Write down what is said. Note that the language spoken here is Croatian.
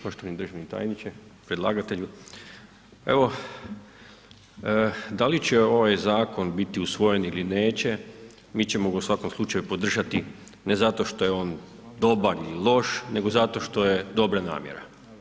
Poštovani državni tajniče, predlagatelju, evo da li će ovaj zakon biti usvojen ili neće mi ćemo ga u svakom slučaju podržati, ne zato što je on dobar ili loš nego zato što je dobra namjera.